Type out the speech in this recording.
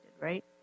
right